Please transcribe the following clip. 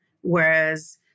Whereas